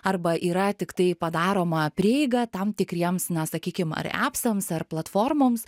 arba yra tiktai padaroma prieiga tam tikriems na sakykim ar epsams ar platformoms